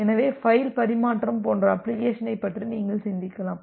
எனவே ஃபயில் பரிமாற்றம் போன்ற அப்ளிகேஷனைப் பற்றி நீங்கள் சிந்திக்கலாம்